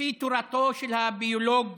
לפי תורתו של הביולוג